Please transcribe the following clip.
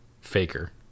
Faker